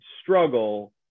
struggle